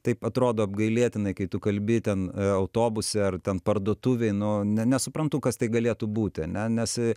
taip atrodo apgailėtinai kai tu kalbi ten autobuse ar ten parduotuvėj nu ne nesuprantu kas tai galėtų būti ane nes